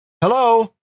hello